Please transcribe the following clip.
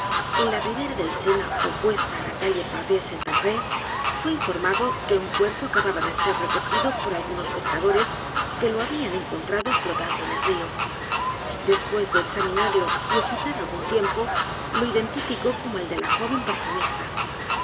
en la ribera del s e n a opuesta á la calle pavee saint andrée fué informado que un cuerpo acababa de ser recogido por algunos pescadores que lo habían encontrado flotando en el río después de examinarlo y hesitar algún tiempo lo identificó como el de la joven perfumista